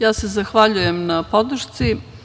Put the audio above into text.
Ja se zahvaljujem na podršci.